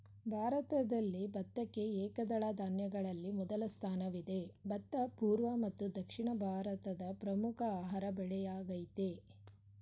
ಭಾರತದಲ್ಲಿ ಭತ್ತಕ್ಕೆ ಏಕದಳ ಧಾನ್ಯಗಳಲ್ಲಿ ಮೊದಲ ಸ್ಥಾನವಿದೆ ಭತ್ತ ಪೂರ್ವ ಹಾಗೂ ದಕ್ಷಿಣ ಭಾರತದ ಪ್ರಮುಖ ಆಹಾರ ಬೆಳೆಯಾಗಯ್ತೆ